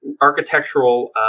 architectural